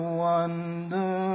wonder